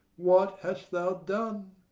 what hast thou done?